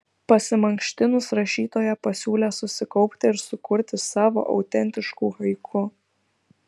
pasimankštinus rašytoja pasiūlė susikaupti ir sukurti savo autentiškų haiku